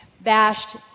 bashed